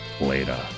Later